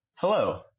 Hello